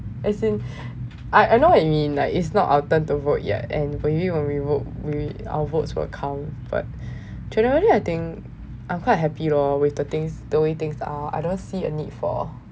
as in I I know what you mean like is not our to vote yet and I think when we vote our votes will count but generally I think I'm quite happy lor with the things the way things are I don't see a need for